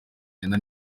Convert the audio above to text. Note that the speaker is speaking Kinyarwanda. cyenda